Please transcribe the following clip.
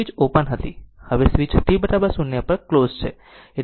હવે switch t 0 પર close છે એટલે કે આ શોર્ટ સર્કિટ છે